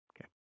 Okay